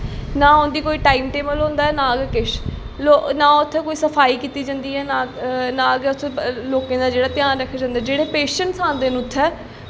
नां उं'दे कोई टाइम टेवल होंदा ऐ नां गै किश नां गै उत्थै सफाई कीती जंदी ऐ नां गै लोकें दा जेह्ड़ा ध्यान रक्खेआ जंदा ऐ जेह्ड़े पेशैंटस आंदे न उत्थै